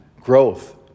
growth